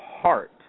heart